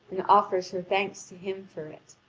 and offers her thanks to him for it.